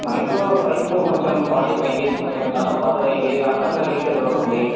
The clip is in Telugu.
మాఇంట్లో పైప్ కొంచెం పాడైపోయింది కొంచెం చాలా పాతదైంది అక్కడక్కడా లీకేజ్ అవుతోంది